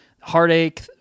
heartache